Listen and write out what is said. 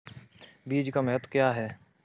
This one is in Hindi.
बीज का महत्व क्या है?